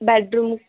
bed room